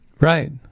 Right